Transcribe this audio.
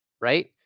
right